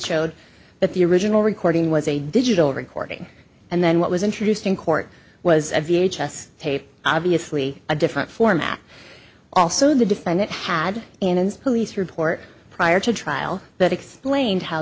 showed that the original recording was a digital recording and then what was introduced in court was a v h s tape obviously a different format also the defendant had in his police report prior to trial that explained how